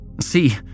See